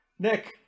Nick